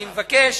אני מבקש